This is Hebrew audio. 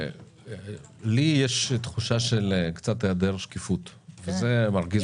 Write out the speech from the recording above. לי יש תחושה של היעדר שקיפות וזה מרגיז אותי מאוד.